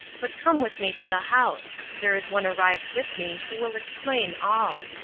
but come with me to the house. there is one arrived with me who will explain all.